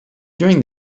during